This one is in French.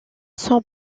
son